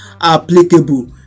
applicable